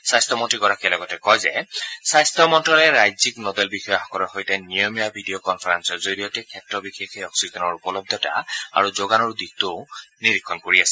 স্বাস্থ্য মন্ত্ৰীগৰাকীয়ে লগতে কয় যে স্বাস্থ্য মন্তালয়ে ৰাজ্যিক নডেল বিষয়াসকলৰ সৈতে নিয়মীয়া ভিডিঅ কনফাৰেন্সৰ জৰিয়তে ক্ষেত্ৰ বিশেষে অক্সিজেনৰ উপলব্ধতা আৰু যোগানৰ দিশটোও নিৰীক্ষণ কৰি আছে